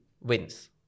wins